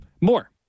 more